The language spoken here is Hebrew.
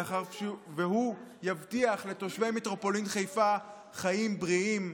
מאחר שהוא יבטיח לתושבי מטרופולין חיפה חיים בריאים,